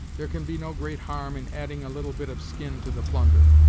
there can be no great harm in adding a little bit of skin to the plunder.